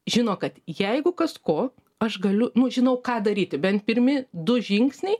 žino kad jeigu kas ko aš galiu nu žinau ką daryti bent pirmi du žingsniai